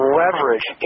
leverage